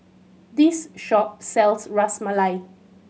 this shop sells Ras Malai